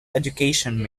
education